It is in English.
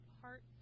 parts